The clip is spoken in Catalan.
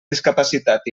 discapacitat